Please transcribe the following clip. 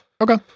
Okay